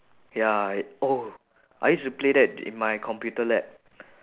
ya eh oh I used to play that in my computer lab